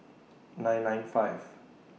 nine nine five